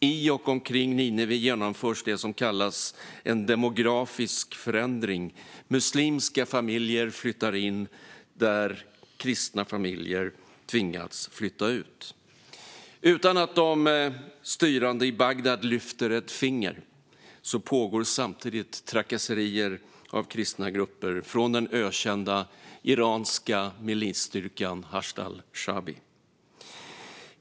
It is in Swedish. I och omkring Nineve genomförs det som kallas en demografisk förändring - muslimska familjer flyttar in där kristna familjer tvingats flytta ut. Utan att de styrande i Bagdad lyfter ett finger pågår trakasserier av kristna grupper från den ökända Iranstödda milisstyrkan Hashd al-Shaabi.